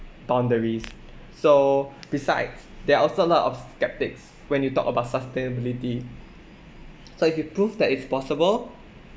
boundaries so besides there are also lot of sceptics when you talk about sustainability so if you prove that it's possible